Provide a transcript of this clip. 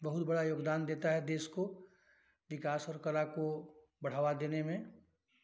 बहुत बड़ा योगदान देता है देश को विकास और कला को बढ़ावा देने में